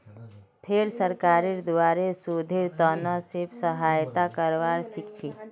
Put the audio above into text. फेर सरकारेर द्वारे शोधेर त न से सहायता करवा सीखछी